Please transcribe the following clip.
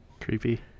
creepy